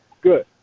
Good